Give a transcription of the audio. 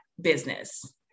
business